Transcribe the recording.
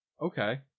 Okay